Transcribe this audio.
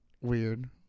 Weird